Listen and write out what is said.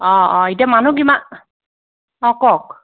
অঁ অঁ এতিয়া মানুহ কিমান অঁ কওক